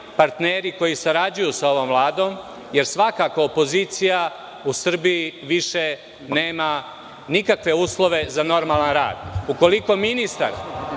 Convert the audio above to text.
partneri koji sarađuju sa ovom Vladom, jer svakako opozicija u Srbiji više nema nikakve uslove za normalan rad. Ukoliko ministar,